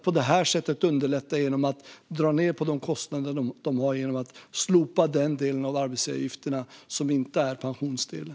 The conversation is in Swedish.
På detta sätt kan vi underlätta genom att dra ned på de kostnader som de har genom att slopa den del av arbetsgivaravgiften som inte är pensionsdelen.